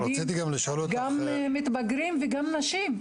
גם מתבגרים וגם נשים.